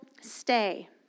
stay